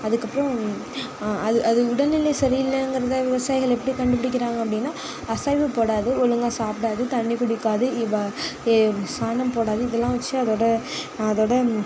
அதுக்கப்புறோம் அது அது உடல்நிலை சரியில்லங்கிறதை விவசாயிகள் எப்படி கண்டுப்பிடிக்கிறாங்க அப்படின்னா அசைவு போடாது ஒழுங்காக சாப்பிடாது தண்ணி குடிக்காது இவ்வா ஏ சாணம் போடாது இதுலாம் வச்சி அதோட அதோட